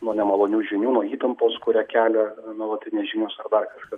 nuo nemalonių žinių nuo įtampos kurią kelia nuolatinės žinios ar dar kažkas